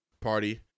Party